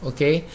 Okay